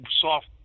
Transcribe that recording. soft